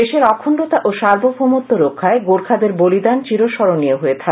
দেশের অথগুতা ও সার্বভৌমত্ব রক্ষায় গোর্থাদের বলিদান চিরস্মরণীয় হয়ে থাকবে